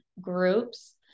groups